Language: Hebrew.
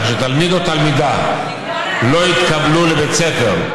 שתלמיד או תלמידה לא יתקבלו לבית ספר,